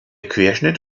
querschnitt